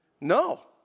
No